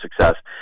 success